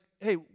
Hey